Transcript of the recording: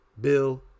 bill